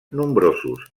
nombrosos